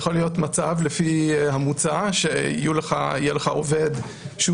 יכול להיות מצב לפי המוצע שיהיו לך עובד שהוא